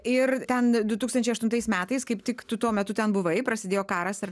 ir ten du tūkstančiai aštuntais metais kaip tik tu tuo metu ten buvai prasidėjo karas ar